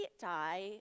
die